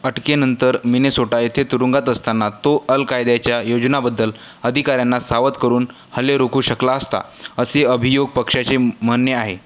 अटकेनंतर मिनेसोटा येथे तुरुंगात असताना तो अल कायदाच्या योजनाबद्दल अधिकाऱ्यांना सावध करून हल्ले रोखू शकला असता असे अभियोग पक्षाचे म्हणणे आहे